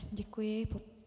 Děkuji.